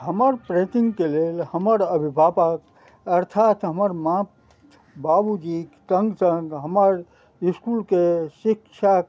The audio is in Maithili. हमर प्रति हमर अभिभावक अर्थात हमर माँ बाबूजीके सङ्ग सङ्ग हमर इसकुलके शिक्षक